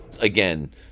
Again